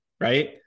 right